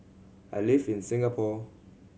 I live in Singapore